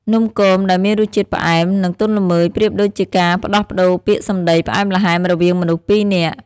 នំគម ដែលមានរសជាតិផ្អែម និងទន់ល្មើយ ប្រៀបដូចជាការផ្ដោះប្ដូរពាក្យសម្ដីផ្អែមល្ហែមរវាងមនុស្សពីរនាក់។